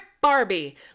Barbie